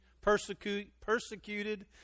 persecuted